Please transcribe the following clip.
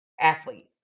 athlete